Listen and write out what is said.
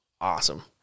Awesome